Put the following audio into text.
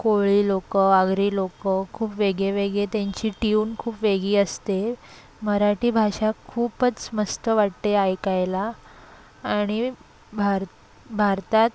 कोळी लोकं आगरी लोकं खूप वेगळे वेगळे त्यांची ट्यून खूप वेगळी असते मराठी भाषा खूपच मस्त वाटते ऐकायला आणि भारत भारतात